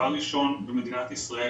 במדינת ישראל